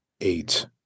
Eight